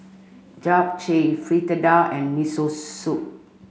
Japchae Fritada and Miso Soup